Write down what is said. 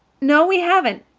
no, we haven't,